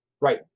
Right